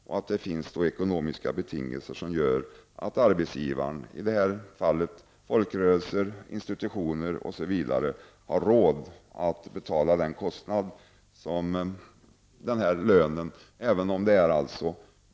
Det måste finnas ekonomiska villkor som gör att arbetsgivaren -- i detta fall folkrörelser, institutioner m.fl. -- har råd att betala lönerna.